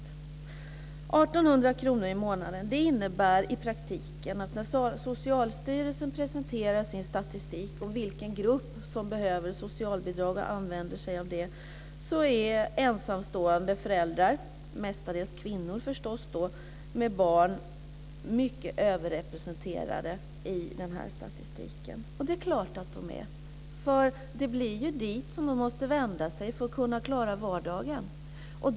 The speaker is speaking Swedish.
1 800 kr i månaden innebär i praktiken att när Socialstyrelsen presenterar sin statistik över vilken grupp som behöver socialbidrag och använder sig av det är ensamstående föräldrar, mestadels förstås kvinnor, med barn överrepresenterade i den statistiken. Det är klart att de är, för det blir dit som de måste vända sig för att kunna klara vardagen.